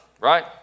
right